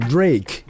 Drake